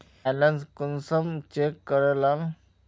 Balance कुंसम check करे लाल?